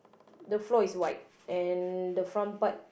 the floor is white and the front part